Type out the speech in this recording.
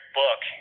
book